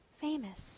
famous